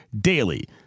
DAILY